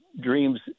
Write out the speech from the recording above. dreams